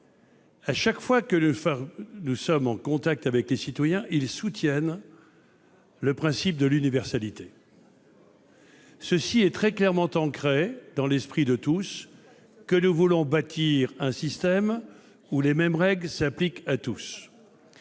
avec lesquels nous sommes en contact soutiennent le principe de l'universalité. Il est très clairement ancré dans l'esprit de tous que nous voulons bâtir un système où les mêmes règles s'appliquent à tous.